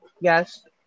Yes